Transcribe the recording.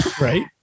right